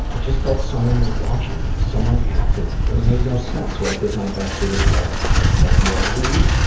i just felt someone was watching me, someone after me, but it made no sense, so i did my best to ignore it. i smoked more weed,